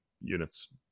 units